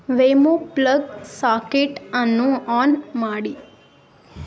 Wemo plug ಸಾಕೆಟನ್ನು on ಮಾಡಿ